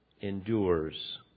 endures